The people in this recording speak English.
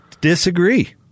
Disagree